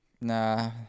Nah